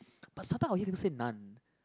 but some type of people say non